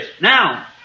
Now